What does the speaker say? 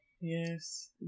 yes